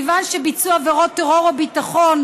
מכיוון שביצוע עבירות טרור או ביטחון,